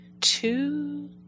two